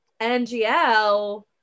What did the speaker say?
NGL